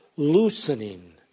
loosening